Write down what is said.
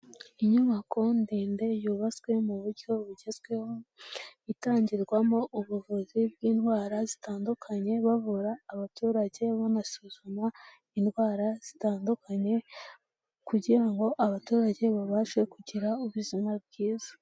Inyubako ndende yubatswe mu buryo bugezweho, itangirwamo ubuvuzi bw'indwara zitandukanye bavura abaturage banasuzuma indwara zitandukanye kugira ngo abaturage babashe kugira ubuzima bwiza.